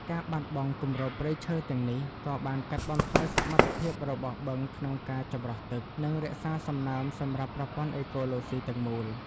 ការបាត់បង់គម្របព្រៃឈើទាំងនេះ ក៏បានកាត់បន្ថយសមត្ថភាពរបស់បឹងក្នុងការចម្រោះទឹក និងរក្សាសំណើមសម្រាប់ប្រព័ន្ធអេកូឡូស៊ីទាំងមូល។